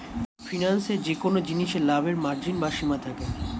ফিন্যান্সে যেকোন জিনিসে লাভের মার্জিন বা সীমা থাকে